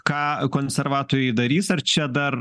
ką konservatoriai darys ar čia dar